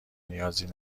نیازی